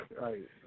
right